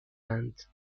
اند